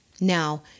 Now